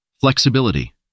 Flexibility